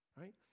right